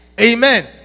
Amen